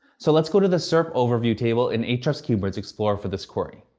so let's go to the serp overview table in ahrefs' keywords explorer for this query.